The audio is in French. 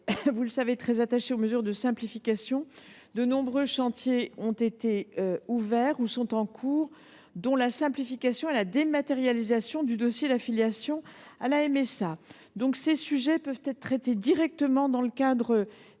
vous le savez déjà, est très attaché aux mesures de simplification. De nombreux chantiers sont en cours, dont la simplification et la dématérialisation du dossier d’affiliation à la MSA. Le sujet peut être traité directement dans le cadre des rendez